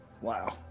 Wow